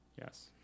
Yes